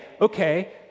okay